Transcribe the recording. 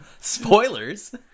Spoilers